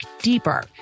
deeper